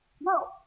No